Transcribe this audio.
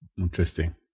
Interesting